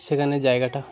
সেখানে জায়গাটা